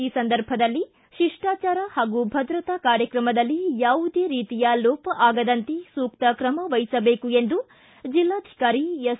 ಈ ಸಂದರ್ಭದಲ್ಲಿ ಶಿಷ್ಟಾಚಾರ ಹಾಗೂ ಭದ್ರತಾ ಕಾರ್ಯಕ್ರಮದಲ್ಲಿ ಯಾವುದೇ ರೀತಿಯ ಲೋಪ ಆಗದಂತೆ ಸೂಕ್ತ ಕ್ರಮ ವಹಿಸಬೇಕು ಎಂದು ಜಿಲ್ಲಾಧಿಕಾರಿ ಎಸ್